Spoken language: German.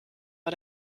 war